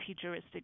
futuristic